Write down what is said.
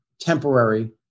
temporary